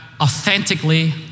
authentically